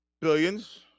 Billions